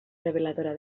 reveladora